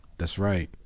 that's right.